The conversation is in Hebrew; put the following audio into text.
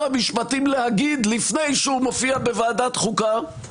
המשפטים להגיד לפני שהוא מופיע בוועדת החוקה?